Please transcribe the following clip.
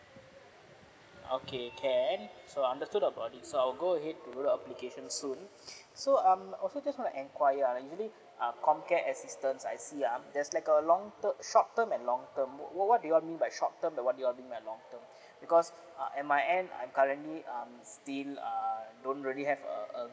okay can understood about it so I'll go ahead to do the application soon so so um so just want to enquiry ah usually uh com care assistance I see ah there's like a long term short term and long term what what do you all mean by short term the what do you all mean by long term because uh at my and I'm currently um still err don't really have a a